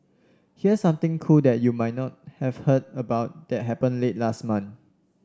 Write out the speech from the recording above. here's something cool that you might not have heard about that happened late last month